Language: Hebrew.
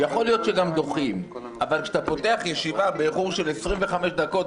יכול להיות שגם דוחים אבל כשאתה פותח ישיבה באיחור של 25 דקות,